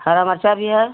हरा मरचा भी है